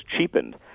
cheapened